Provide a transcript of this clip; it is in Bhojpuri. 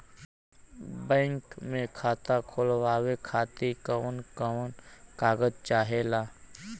बैंक मे खाता खोलवावे खातिर कवन कवन कागज चाहेला?